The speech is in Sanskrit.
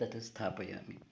तत् स्थापयामि